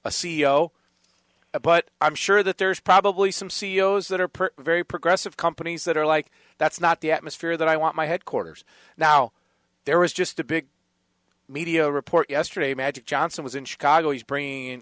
o but i'm sure that there's probably some c e o s that are pert very progressive companies that are like that's not the atmosphere that i want my headquarters now there was just a big media report yesterday magic johnson was in chicago he's bringing